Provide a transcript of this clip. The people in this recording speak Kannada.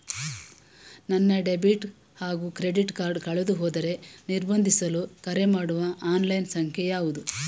ನನ್ನ ಡೆಬಿಟ್ ಹಾಗೂ ಕ್ರೆಡಿಟ್ ಕಾರ್ಡ್ ಕಳೆದುಹೋದರೆ ನಿರ್ಬಂಧಿಸಲು ಕರೆಮಾಡುವ ಆನ್ಲೈನ್ ಸಂಖ್ಯೆಯಾವುದು?